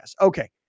Okay